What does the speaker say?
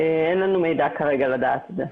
אין לנו מידע כרגע לדעת את זה.